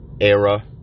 era